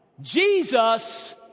Jesus